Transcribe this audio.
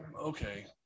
okay